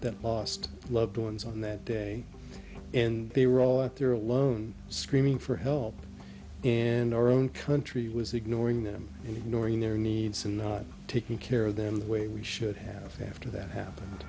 that lost loved ones on that day and they were all out there alone screaming for help and our own country was ignoring them and knowing their needs and taking care of them the way we should have after that happened